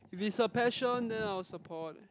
if it's her passion then I'll support